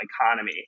economy